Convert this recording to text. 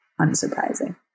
unsurprising